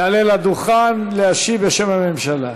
יעלה לדוכן להשיב בשם הממשלה.